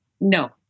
No